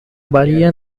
varía